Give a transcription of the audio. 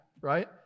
right